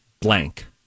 blank